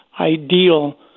ideal